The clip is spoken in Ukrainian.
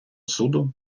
суду